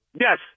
Yes